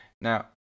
Now